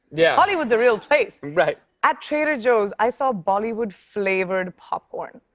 yeah. hollywood's a real place. right. at trader joe's, i saw bollywood-flavored popcorn.